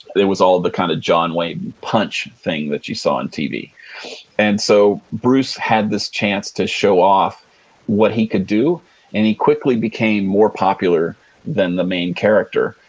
it was all the kind of john wayne punch thing that you saw on tv and so, bruce had this chance to show off what he could do and he quickly became more popular than the main character.